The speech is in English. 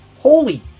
Holy